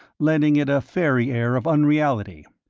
lending it a fairy air of unreality,